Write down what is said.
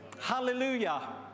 Hallelujah